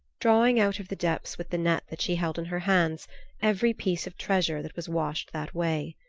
drawing out of the depths with the net that she held in her hands every piece of treasure that was washed that way.